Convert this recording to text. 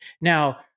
Now